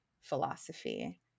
philosophy